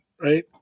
Right